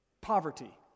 Poverty